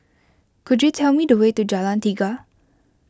could you tell me the way to Jalan Tiga